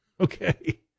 Okay